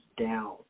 down